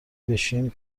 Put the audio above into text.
بشیم